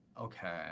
Okay